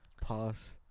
Pause